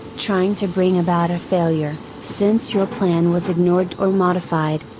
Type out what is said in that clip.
trying to bring about a failure, since your plan was ignored or modified.